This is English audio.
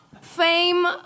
fame